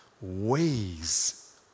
ways